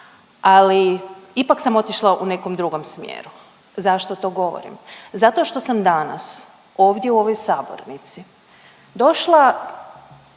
ali ipak sam otišla u nekom drugom smjeru. Zašto to govorim? Zato što sam danas, ovdje u ovoj sabornici došla